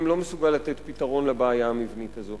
לא מסוגל לתת פתרון לבעיה המבנית הזו